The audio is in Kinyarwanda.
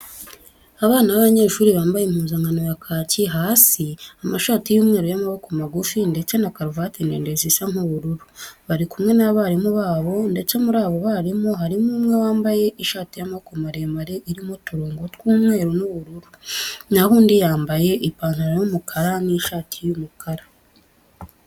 Abana b'abanyeshuri bambaye impuzankano ya kaki hasi, amashati y'umweru y'amaboko magufi ndetse na karuvati ndende zisa nk'ubururu. Bari kumwe n'abarimu babo ndetse muri abo barimu harimo umwe wambaye ishati y'amaboko maremare irimo uturongo tw'umweru n'ubururu, na ho undi yambaye ipantaro y'umukara n'ishati y'umukara.